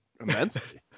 immensely